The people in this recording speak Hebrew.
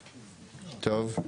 טוב.